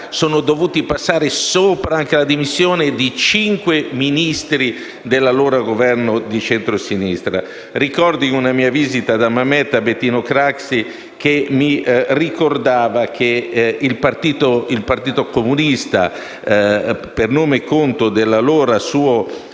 sono dovuti passare sopra anche alle dimissioni di cinque Ministri dell'allora Governo di centrosinistra. Ricordo una mia visita ad Hammamet a Bettino Craxi durante la quale mi rammentò che il Partito Comunista, per nome e conto dell'allora suo